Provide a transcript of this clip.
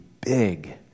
big